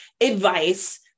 advice